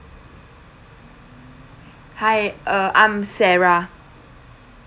hi uh I'm sarah